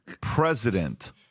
president